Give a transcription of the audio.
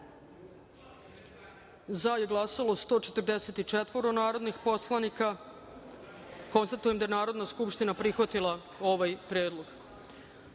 za – 144 narodna poslanika. Konstatujem da je Narodna skupština prihvatila ovaj predlog. Sto